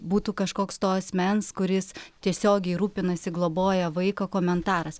būtų kažkoks to asmens kuris tiesiogiai rūpinasi globoja vaiką komentaras